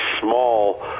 small